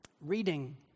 Reading